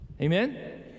Amen